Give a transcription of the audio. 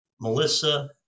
Melissa